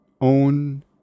own